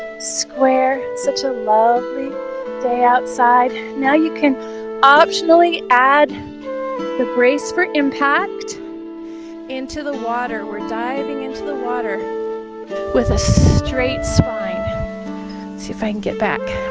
square such a lovely day outside now you can optionally add the brace for impact into the water we're diving into the water with a straight spine see if i can get back